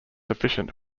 efficient